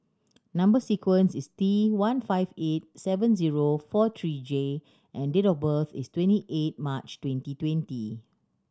number sequence is T one five eight seven zero four three J and date of birth is twenty eight March twenty twenty